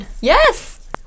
Yes